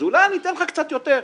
אולי אני אתן לך קצת יותר.